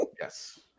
Yes